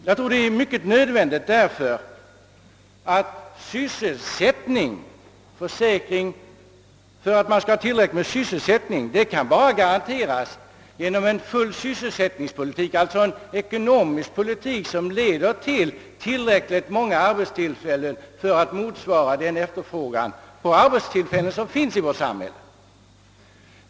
Jag tror det är i hög grad nödvändigt därför att en försäkring för att man skall ha tillräckligt med sysselsättning endast kan ges genom en fullsysselsättningspolitik, alltså en ekonomisk politik som leder till tillräckligt många arbetstillfällen för att motsvara den efterfrågan på arbetstillfällen som finns i vårt samhälle.